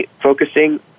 focusing